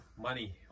Money